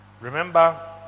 Remember